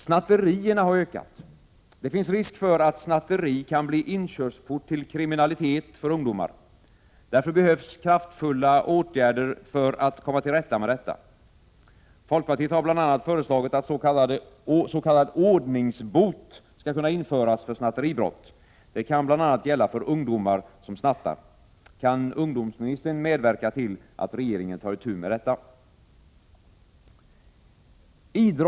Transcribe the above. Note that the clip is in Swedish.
Snatterierna har ökat. Det finns risk för att snatteri kan bli inkörsport till kriminalitet för ungdomar. Därför behövs kraftfulla åtgärder för att komma till rätta med detta. Folkpartiet har bl.a. föreslagit att s.k. ordningsbot skall kunna införas för snatteribrott. Det kan bl.a. gälla för ungdomar som snattar. Kan ungdomsministern medverka till att regeringen tar itu med detta?